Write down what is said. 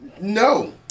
No